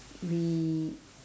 re~